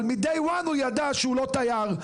אבל מהיום הראשון הוא ידע שהוא לא תייר,